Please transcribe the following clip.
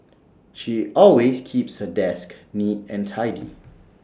she always keeps her desk neat and tidy